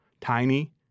Tiny